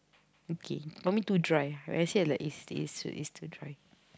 okay for me to dry I say like is is is to dry